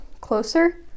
closer